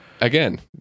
Again